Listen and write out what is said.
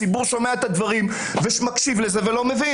הציבור שומע את הדברים ולא מבין.